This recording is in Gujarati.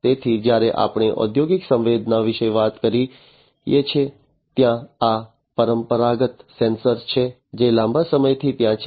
તેથી જ્યારે આપણે ઔદ્યોગિક સંવેદના વિશે વાત કરીએ છીએ ત્યાં આ પરંપરાગત સેન્સર છે જે લાંબા સમયથી ત્યાં છે